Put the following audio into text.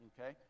okay